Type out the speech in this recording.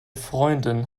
freundin